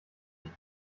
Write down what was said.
ich